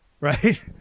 right